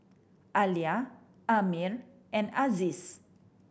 Alya Ammir and Aziz